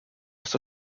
was